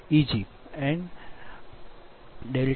926 sin